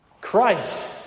Christ